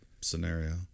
Scenario